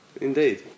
Indeed